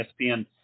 ESPN